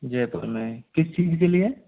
जयपुर में ही किस चीज़ के लिए